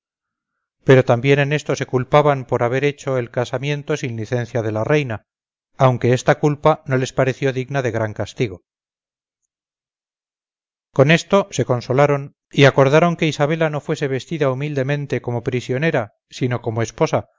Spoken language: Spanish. pero también en esto se culpaban por haber hecho el casamiento sin licencia de la reina aunque esta culpa no les pareció digna de gran castigo con esto se consolaron y acordaron que isabela no fuese vestida humildemente como prisionera sino como esposa